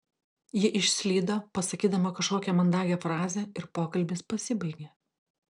ji išslydo pasakydama kažkokią mandagią frazę ir pokalbis pasibaigė